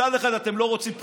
מצד אחד אתם לא רוצים בחירות,